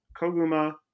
Koguma